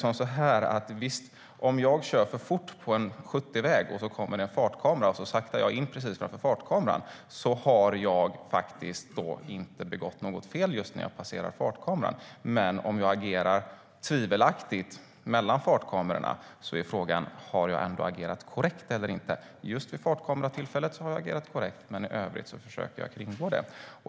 Om jag kör för fort på en 70-väg och saktar in precis före en fartkamera begår jag inget fel just när jag passerar fartkameran. Men om jag agerar tvivelaktigt mellan fartkamerorna är frågan om jag har agerat korrekt eller inte. Vid fartkameran har jag agerat korrekt, men i övrigt försöker jag kringgå reglerna.